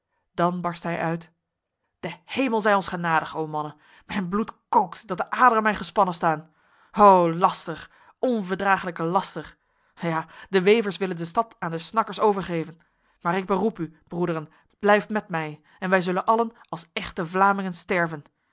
dan barstte hij uit de hemel zij ons genadig o mannen mijn bloed kookt dat de aderen mij gespannen staan ho laster onverdraaglijke laster ja de wevers willen de stad aan de snakkers overgeven maar ik beroep u broederen blijft met mij en wij zullen allen als echte vlamingen sterven